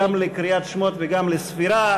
גם לקריאת שמות וגם לספירה,